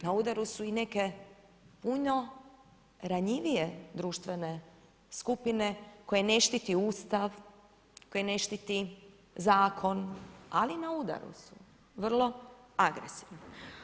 Na udaru su i neke puno ranjivije društvene skupine koje ne štiti Ustav, koji ne štiti zakon, ali na udaru su vrlo agresivno.